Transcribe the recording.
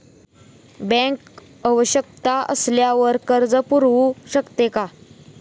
Bank आवश्यकता असल्यावर कर्ज पुरवू शकते का?